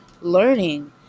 learning